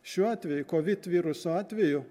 šiuo atveju covid viruso atveju